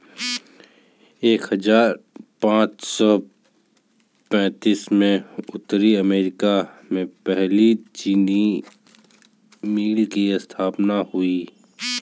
एक हजार पाँच सौ पैतीस में उत्तरी अमेरिकी में पहली चीनी मिल की स्थापना हुई